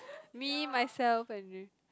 me myself and me